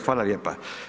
Hvala lijepa.